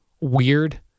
weird